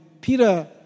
Peter